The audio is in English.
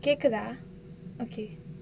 கேக்குதா:kekkuthaa okay